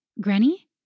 Granny